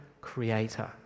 creator